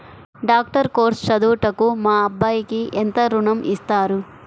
Doctor course చదువుటకు మా అబ్బాయికి ఎంత ఋణం ఇస్తారు?